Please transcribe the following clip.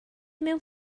mewn